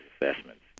assessments